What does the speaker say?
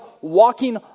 walking